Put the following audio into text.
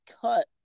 cut